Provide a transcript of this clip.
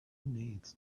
needs